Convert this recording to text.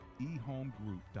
eHomeGroup.com